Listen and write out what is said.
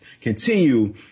continue